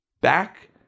back